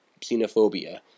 xenophobia